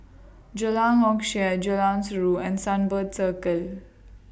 Jalan Hock Chye Jalan Surau and Sunbird Circle